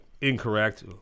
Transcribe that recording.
incorrect